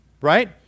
right